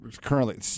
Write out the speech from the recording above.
currently